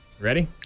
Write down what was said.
Ready